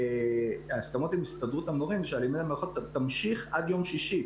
ההסכמות עם הסתדרות המורים שהלמידה מרחוק תמשיך עד יום שישי,